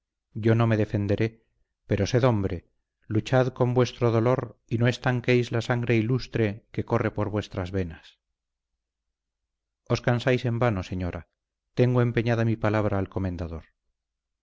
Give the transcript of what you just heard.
yo no me defenderé pero sed hombre luchad con vuestro dolor y no estanquéis la sangre ilustre que corre por vuestras venas os cansáis en vano señora tengo empeñada mi palabra al comendador